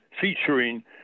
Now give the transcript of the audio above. featuring